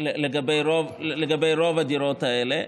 לגבי רוב הדירות האלה.